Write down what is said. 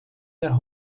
der